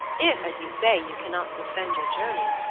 if, as you say, you cannot suspend your journey,